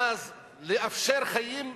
ואז לאפשר חיים זורמים,